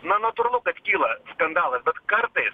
na natūralu kad kyla skandalas bet kartais